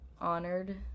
honored